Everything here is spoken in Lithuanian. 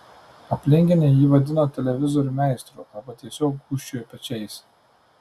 aplinkiniai jį vadino televizorių meistru arba tiesiog gūžčiojo pečiais